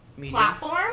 platform